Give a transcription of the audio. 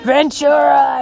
Ventura